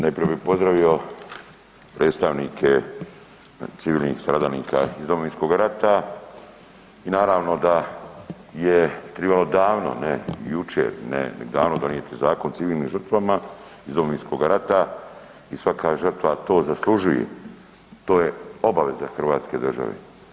Najprije bi pozdravio predstavnike civilnih stradalnika iz Domovinskog rata i naravno da je tribalo davno, ne jučer, ne, davno donijeti Zakon o civilnim žrtvama iz Domovinskoga rata i svaka žrtva to zaslužuje, to je obaveza hrvatske države.